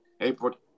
April